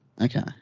Okay